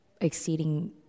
exceeding